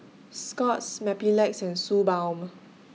Scott's Mepilex and Suu Balm